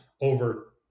over